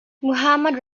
muhammad